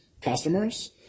customers